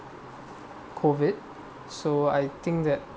COVID so I think that